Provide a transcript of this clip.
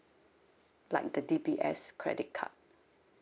like the D_B_S credit card